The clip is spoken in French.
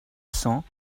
cents